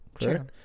Sure